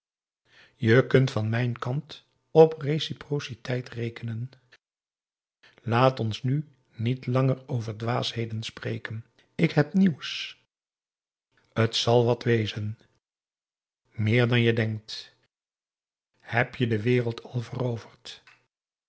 je kunt van mijn kant op reciprociteit rekenen laat ons nu niet langer over dwaasheden spreken ik heb nieuws t zal wat wezen meer dan je denkt heb je de wereld